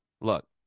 Look